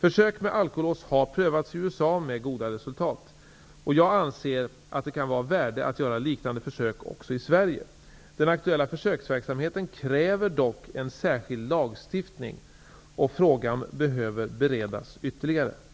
Försök med alkolås har prövats i USA med goda resultat, och jag anser att det kan vara av värde att göra liknande försök också i Sverige. Den aktuella försöksverksamheten kräver dock en särskild lagstiftning, och frågan behöver beredas ytterligare.